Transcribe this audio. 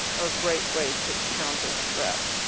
are a great way to counter stress.